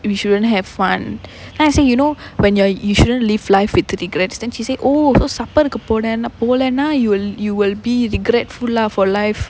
we shouldn't have fun then I say you know when you~ you shouldn't live life with regrets then she say oh so supper போனன்னா போலேனா:ponannaa polaenaa you will you will be regretful lah for life